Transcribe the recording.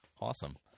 awesome